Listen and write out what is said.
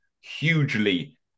hugely